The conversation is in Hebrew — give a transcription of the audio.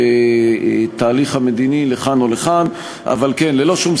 אני חייב לומר שעקבתי מקרוב אחר הנימוקים שהם הביעו